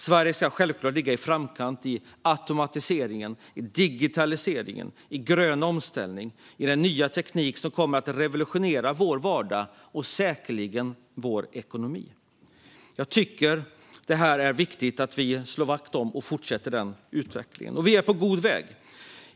Sverige ska självklart ligga i framkant i automatiseringen, i digitaliseringen, i den gröna omställningen och i den nya teknik som kommer att revolutionera vår vardag och säkerligen vår ekonomi. Jag tycker att det är viktigt att vi slår vakt om och fortsätter denna utveckling, och vi är på god väg.